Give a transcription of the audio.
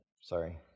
sorry